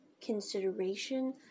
consideration